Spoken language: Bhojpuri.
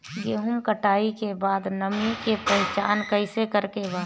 गेहूं कटाई के बाद नमी के पहचान कैसे करेके बा?